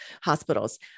hospitals